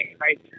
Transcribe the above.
Right